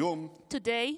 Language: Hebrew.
היום